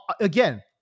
Again